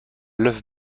l’œuf